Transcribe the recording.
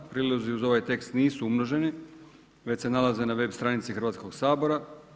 Prilozi uz ovaj tekst nisu umnoženi već se nalaze na web stranici Hrvatskog sabora.